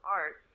art